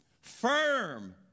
firm